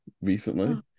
recently